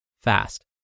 fast